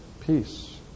peace